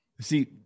See